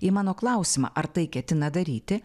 į mano klausimą ar tai ketina daryti